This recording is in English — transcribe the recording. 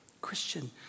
Christian